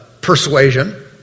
persuasion